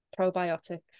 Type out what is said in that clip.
probiotics